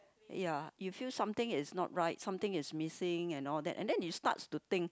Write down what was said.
ya you feel something is not right something is missing and all that and then you start to think